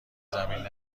زمین